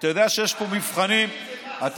אתה יודע שיש פה מבחנים אובייקטיביים.